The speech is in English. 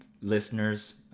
listeners